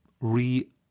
re